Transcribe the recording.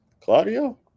Claudio